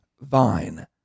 vine